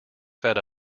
fed